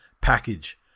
package